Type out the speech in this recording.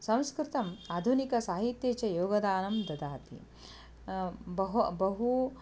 संस्कृतम् आधुनिकसाहित्ये च योगदानं ददाति बहु बहु